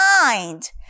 mind